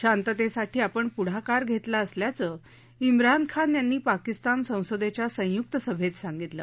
शांततेसाठी आपण हा पुढाकार घेतला असल्याचं इम्रान खान यांनी पाकिस्तान संसदेच्या संयुक्त सभैत सांगितलं